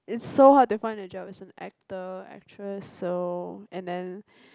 is so hard to find a job as an actor actress so and then